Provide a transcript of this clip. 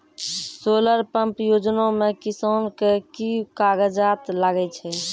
Solar pump योजना म किसान के की कागजात लागै छै?